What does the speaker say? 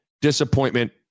disappointment